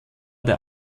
der